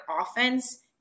offense